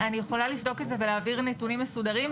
אני יכולה לבדוק את זה ולהעביר נתונים מסודרים.